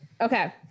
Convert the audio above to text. Okay